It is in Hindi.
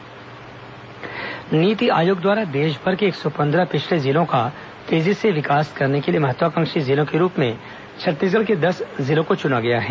कोंडागांव महत्वाकांक्षी जिला नीति आयोग द्वारा देश भर के एक सौ पन्द्रह पिछड़े जिलों का तेजी से विकास करने के लिए महात्वाकांक्षी जिलों के रूप में छत्तीसगढ़ के दस जिलों को चुना गया है